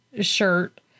shirt